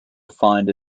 defined